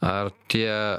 ar tie